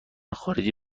خارجی